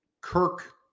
Kirk –